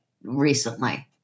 recently